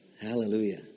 Hallelujah